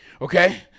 Okay